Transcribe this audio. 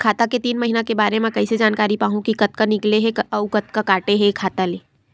खाता के तीन महिना के बारे मा कइसे जानकारी पाहूं कि कतका निकले हे अउ कतका काटे हे खाता ले?